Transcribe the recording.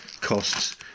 costs